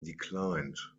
declined